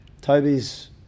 Toby's